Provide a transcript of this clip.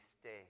stay